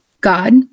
God